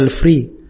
free